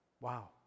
wow